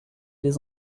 des